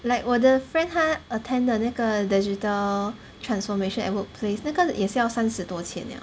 like 我的 friend 他 attend 的那个 digital transformation at workplace 那个也是要三十多千 liao